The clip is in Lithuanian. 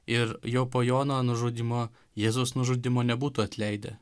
ir jau po jono nužudymo jėzaus nužudymo nebūtų atleidę